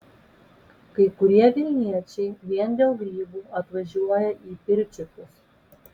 kai kurie vilniečiai vien dėl grybų atvažiuoja į pirčiupius